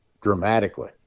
dramatically